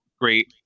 great